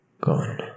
gone